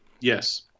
Yes